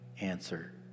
answer